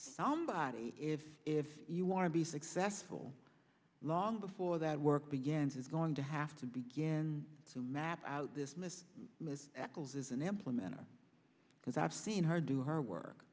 somebody if if you want to be successful long before that work begins is going to have to begin to map out this miss miss ackles is an implementor because i've seen her do her work